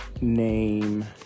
name